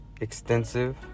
extensive